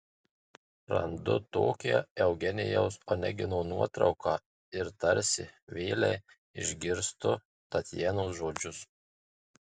randu tokią eugenijaus onegino nuotrauką ir tarsi vėlei išgirstu tatjanos žodžius